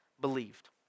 believed